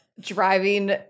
Driving